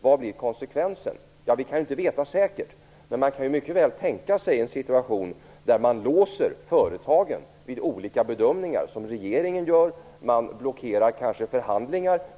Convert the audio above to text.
Vad blir konsekvensen? Vi kan inte veta säkert. Men man kan mycket väl tänka sig en situation där man låser företagen vid olika bedömningar som regeringen gör. Man blockerar kanske förhandlingar.